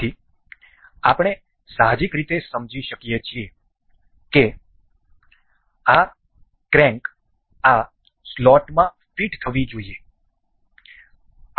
તેથી આપણે સાહજિક રીતે સમજી શકીએ છીએ કે આ ક્રેંક આ સ્લોટમાં ફિટ થવી જોઈએ છે